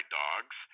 dogs